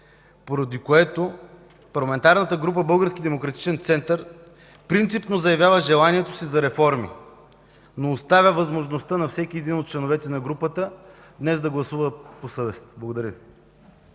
демократичен център принципно заявява желанието си за реформи, но оставя възможността на всеки един от членовете на групата днес да гласува по съвест. Благодаря